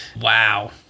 Wow